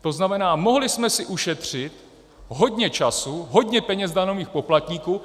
To znamená, mohli jsme si ušetřit hodně času, hodně peněz daňových poplatníků.